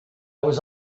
was